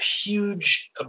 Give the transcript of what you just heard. huge